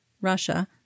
Russia